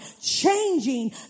Changing